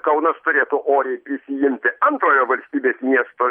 kaunas turėtų oriai prisiimti antrojo valstybės miesto